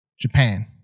japan